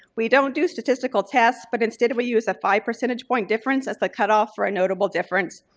we don't do statistical tests, but instead we use a five percentage point difference as the cutoff for a notable difference.